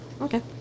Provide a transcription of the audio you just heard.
Okay